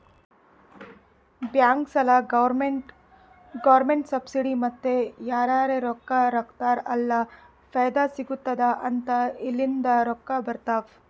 bank, ಸಾಲ, government subsidy ಮತ್ತ ಯಾರರೇ ರೊಕ್ಕಾ ಹಾಕ್ತಾರ್ ಅಲ್ಲ ಫೈದಾ ಸಿಗತ್ತುದ್ ಅಂತ ಇಲ್ಲಿಂದ್ ರೊಕ್ಕಾ ಬರ್ತಾವ್